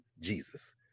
Jesus